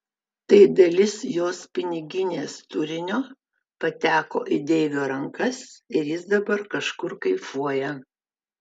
tai dalis jos piniginės turinio pateko į deivio rankas ir jis dabar kažkur kaifuoja